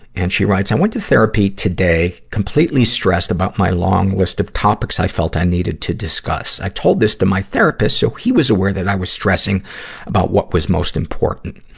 and she writes, i went to therapy today, completely stressed about my long list of topics i felt i needed to discuss. i told this to my therapist so he was aware that i was stressing about what was most important.